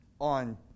on